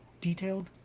detailed